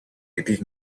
гэдгийг